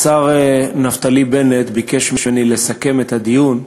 השר נפתלי בנט ביקש ממני לסכם את הדיון,